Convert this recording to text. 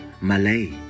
Malay